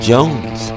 Jones